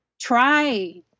try